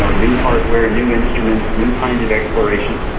so new hardware, new instruments, new kinds of exploration.